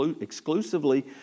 exclusively